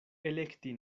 elekti